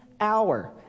hour